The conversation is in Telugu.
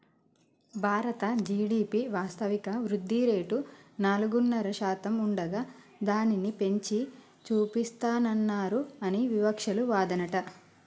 భారత జి.డి.పి వాస్తవిక వృద్ధిరేటు నాలుగున్నర శాతం ఉండగా దానిని పెంచి చూపిస్తానన్నారు అని వివక్షాలు వాదనట